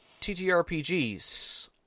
TTRPGs